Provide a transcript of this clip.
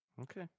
okay